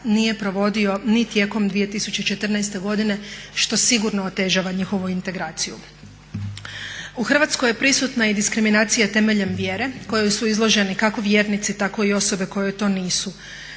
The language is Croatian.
nije provodio ni tijekom 2014.godine što sigurno otežava njihovu integraciju. U Hrvatskoj je prisutna i diskriminacija temeljem vjere kojoj su izloženi kako vjernici tako i osobe koje to nisu,